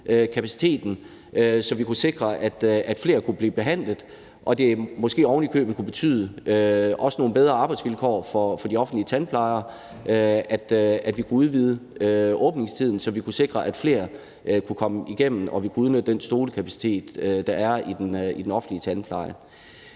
kapaciteten, så vi kunne sikre, at flere kunne blive behandlet, og det kunne måske ovenikøbet betyde nogle bedre arbejdsvilkår for de offentlige tandplejere, for ved at udvide åbningstiden kunne vi sikre, at flere kunne komme igennem, og vi kunne udnytte den stolekapacitet, der er i den offentlige tandpleje.